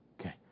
Okay